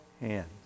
hands